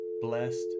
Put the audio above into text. blessed